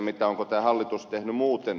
siihen onko tämä hallitus tehnyt muuta